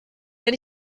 wenn